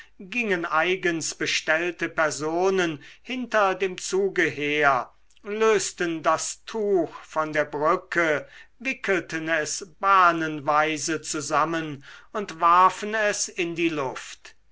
gingen eigens bestellte personen hinter dem zuge her lösten das tuch von der brücke wickelten es bahnenweise zusammen und warfen es in die luft